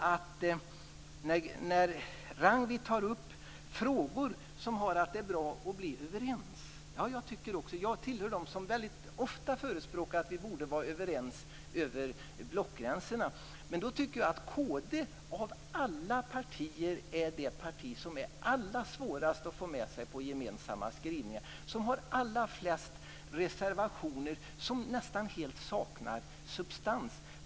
Ragnwi Marcelind tar upp att det är bra att bli överens. Ja, jag tillhör dem som väldigt ofta förespråkar att vi borde vara överens över blockgränserna. Men jag tycker att av alla partier är kd det parti som är allra svårast att få med sig på gemensamma skrivningar, som har allra flest reservationer som nästan helt saknar substans.